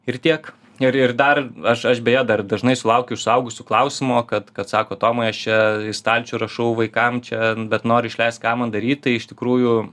ir tiek ir ir dar aš aš beje dar dažnai sulaukiu iš suaugusių klausimo kad kad sako tomai aš čia į stalčių rašau vaikam čia bet noriu išleist ką man daryt tai iš tikrųjų